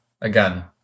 again